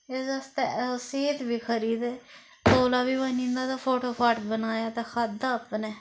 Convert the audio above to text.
एह्दे आस्तै सेहत बी खरी ते तौला बी बनी जंदा ते फटोफट बनाया ते खाद्धा अपनै